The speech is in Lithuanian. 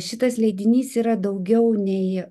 šitas leidinys yra daugiau nei